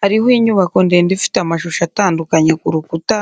Hariho inyubako ndende ifite amashusho atandukanye ku rukuta,